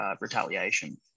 retaliation